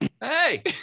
Hey